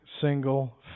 single